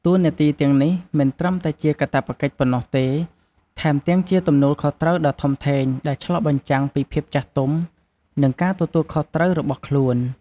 តួនាទីទាំងនេះមិនត្រឹមតែជាការកាតព្វកិច្ចប៉ុណ្ណោះទេ ថែមទាំងជាទំនួលខុសត្រូវដ៏ធំធេងដែលឆ្លុះបញ្ចាំងពីភាពចាស់ទុំ និងការទទួលខុសត្រូវរបស់ខ្លួន។